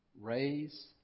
raise